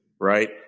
right